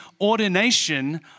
ordination